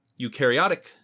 Eukaryotic